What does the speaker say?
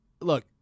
Look